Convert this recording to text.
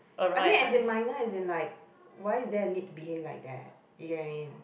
I mean as in minor as in like why is there a need to behave like that you get what I mean